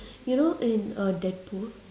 you know in uh deadpool